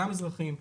גם אזרחיים,